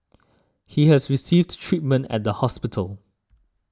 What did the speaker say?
he has received treatment at the hospital